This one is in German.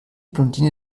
blondine